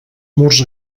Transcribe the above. murs